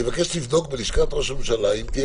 אני מבקש לבדוק בלשכת ראש הממשלה אם תהיה